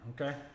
Okay